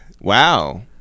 Wow